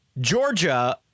Georgia